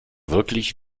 wirklich